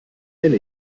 pläne